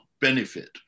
benefit